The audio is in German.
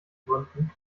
gründen